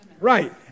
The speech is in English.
Right